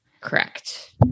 correct